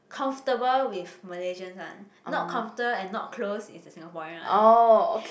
comfortable with Malaysians one not comfortable and not close is the Singaporean one